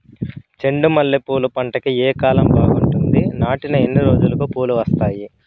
చెండు మల్లె పూలు పంట కి ఏ కాలం బాగుంటుంది నాటిన ఎన్ని రోజులకు పూలు వస్తాయి